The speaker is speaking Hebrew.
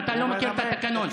אתה לא מכיר את התקנון.